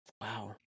Wow